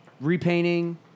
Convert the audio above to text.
repainting